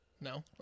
No